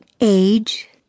age